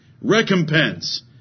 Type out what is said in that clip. Recompense